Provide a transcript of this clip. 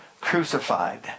crucified